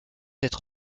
être